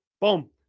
Boom